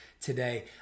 today